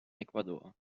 ecuador